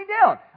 down